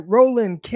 Roland